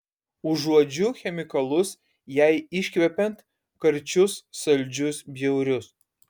užuodžiu chemikalus jai iškvepiant karčius saldžius bjaurius